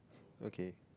okay